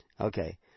Okay